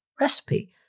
recipe